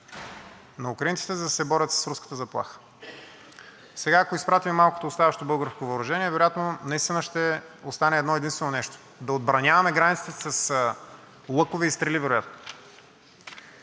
на украинците, за да се борят с руската заплаха. Сега, ако изпратим и малкото оставащо българско въоръжение, вероятно наистина ще остане едно-единствено нещо – да отбраняваме границата си с лъкове и стрели вероятно.